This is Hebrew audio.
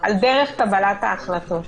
על דרך קבלת החלטות.